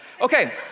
Okay